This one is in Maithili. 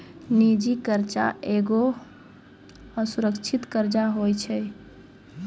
निजी कर्जा एगो असुरक्षित कर्जा होय छै